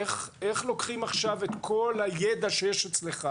איך לוקחים עכשיו את כל הידע שיש אצלך